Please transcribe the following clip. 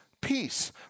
peace